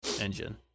engine